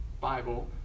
Bible